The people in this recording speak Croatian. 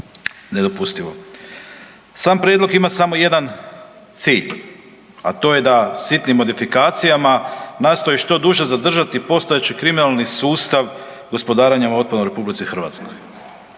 nedopustivo. Sam prijedlog ima samo jedan cilj, a to je da sitnim modifikacijama nastoji što duže zadržati postojeći kriminalni sustav gospodarenja otpadom u RH. Zakon